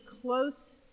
close